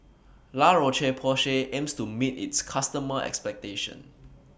La Roche Porsay aims to meet its customers' expectations